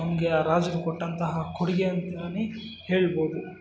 ನಮಗೆ ಆ ರಾಜರು ಕೊಟ್ಟಂತಹ ಕೊಡುಗೆ ಅಂತಾನೆ ಹೇಳ್ಬೋದು